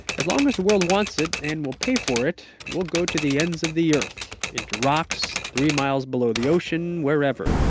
as long as the world wants it, and will pay for it, we'll go to the ends of the earth into rocks, three miles below the ocean, wherever.